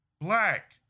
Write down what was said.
black